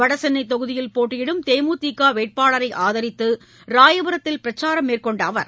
வடசென்னை தொகுதியில் போட்டியிடும் தேமுதிக வேட்பாளரை ஆதரித்து ராயபுரத்தில் பிரச்சாரம் மேற்கொண்ட அவர்